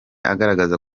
agaragaza